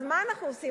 אז מה אנחנו עושים,